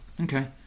Okay